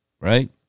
right